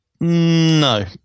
no